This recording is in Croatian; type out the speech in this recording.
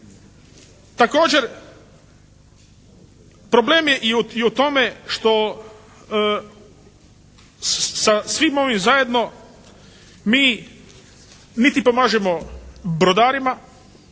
Također problemi je i u tome što sa svim ovim zajedno mi niti pomažemo brodarima